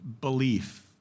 belief